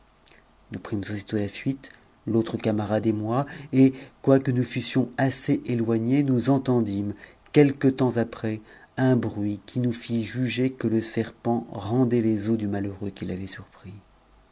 nous primes aussitôt tuile l'autre camarade et moi et quoique nous fussions assez aiguës nous entendîmes quelque temps après un bruit qui nous fit juger que le serpent rendait les os du malheureux qu'il avait surpris